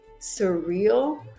surreal